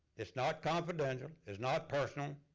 it's not confidential, it's not personal,